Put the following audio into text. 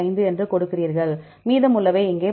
5 என்று கொடுக்கிறீர்கள் மீதமுள்ளவை இங்கே 12